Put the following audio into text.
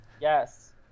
Yes